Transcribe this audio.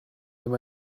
nimm